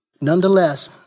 Nonetheless